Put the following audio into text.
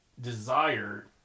desire